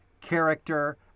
character